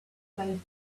played